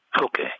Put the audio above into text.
Okay